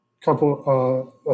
couple